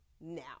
now